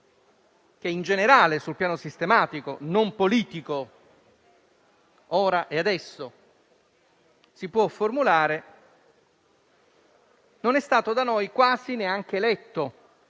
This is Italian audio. che in generale sul piano sistematico, non politico, ora e adesso, si può formulare, non è stato da noi quasi neanche letto;